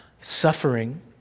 Suffering